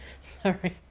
Sorry